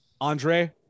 Andre